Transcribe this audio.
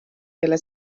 kelle